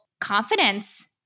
confidence